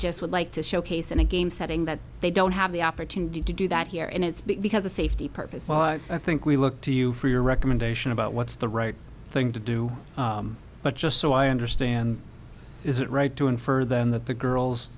just would like to showcase in a game setting that they don't have the opportunity to do that here and it's because of safety purposes i think we look to you for your recommendation about what's the right thing to do but just so i understand is it right to infer then that the girls